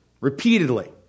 repeatedly